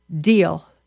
deal